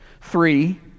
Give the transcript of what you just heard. three